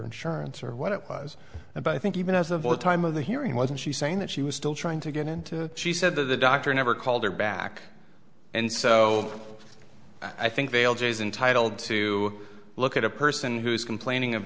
insurance or what it was about i think even as of the time of the hearing wasn't she saying that she was still trying to get into she said that the doctor never called her back and so i think they'll jay's intitled to look at a person who is complaining of